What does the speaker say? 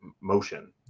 motion